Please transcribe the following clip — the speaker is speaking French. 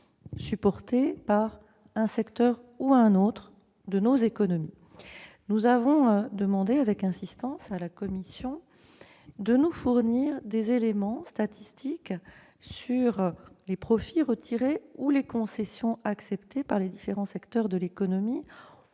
supportées par tel secteur ou tel autre de nos économies. Nous avons demandé avec insistance à la Commission de nous fournir des éléments statistiques sur les profits retirés ou les concessions acceptées par les différents secteurs de l'économie